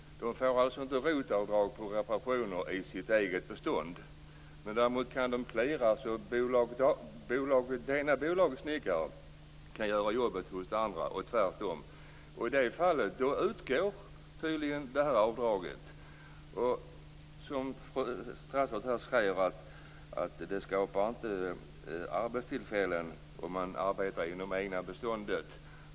De får alltså inte ROT-avdrag för reparationer i sitt eget bestånd. Kan de däremot cleara så att det ena bolagets snickare kan göra jobbet i det andras fastighetsbestånd och tvärtom utgår tydligen avdraget. Statsrådet säger att det inte skapar arbetstillfällen om man arbetar inom det egna beståndet.